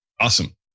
Awesome